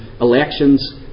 elections